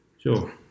Sure